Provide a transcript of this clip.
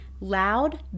loud